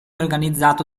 organizzato